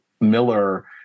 Miller